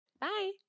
Bye